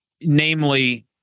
Namely